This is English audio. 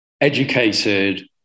educated